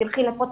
תלכי לפה,